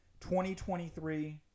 2023